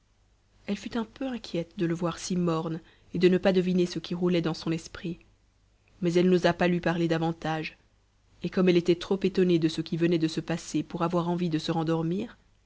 elle fut un peu inquiète de le voir si morne et de ne pas deviner ce qui roulait dans son esprit mais elle n'osa pas lui parler davantage et comme elle était trop étonnée de ce qui venait de se passer pour avoir envie de se rendormir